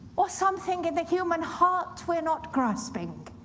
or something in the human heart we're not grasping.